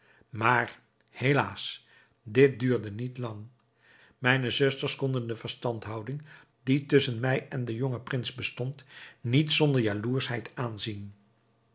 maar helaas dit duurde niet lang mijne zusters konden de verstandhouding die tusschen mij en den jongen prins bestond niet zonder jaloerschheid aanzien